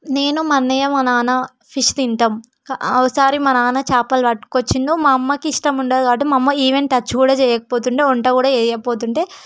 నేను మ అన్నయ్య మా నాన్న ఫిష్ తింటాము క ఒకసారి మా నాన్న చేపలు పట్టుకొచ్చాడు మా అమ్మకి ఇష్టం ఉండదు కాబట్టి మా అమ్మ ఈవెన్ టచ్ కూడా చేయకపోతుండేది వంట కూడా చేయకపోయేది